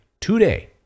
today